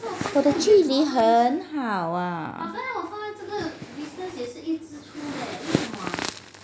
我的距离很好啊